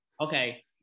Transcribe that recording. Okay